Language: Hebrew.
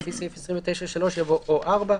אחרי "לפי סעיף 29(3)" יבוא "או (4)".